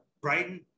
Brighton